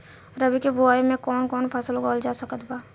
रबी के बोआई मे कौन कौन फसल उगावल जा सकत बा?